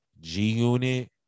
G-Unit